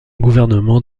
gouvernement